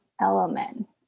element